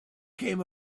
came